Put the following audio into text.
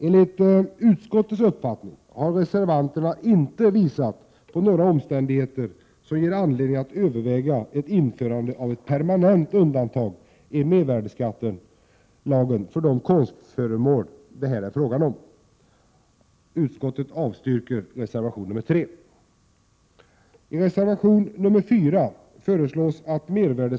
Enligt utskottets uppfattning har reservanterna inte visat på några omständigheter som ger anledning att överväga ett införande av ett permanent undantag i mervärdeskattelagen för de konstföremål det här är fråga om.